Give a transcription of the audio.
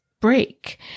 break